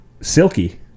silky